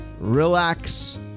relax